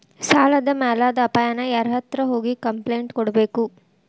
ಸಾಲದ್ ಮ್ಯಾಲಾದ್ ಅಪಾಯಾನ ಯಾರ್ಹತ್ರ ಹೋಗಿ ಕ್ಂಪ್ಲೇನ್ಟ್ ಕೊಡ್ಬೇಕು?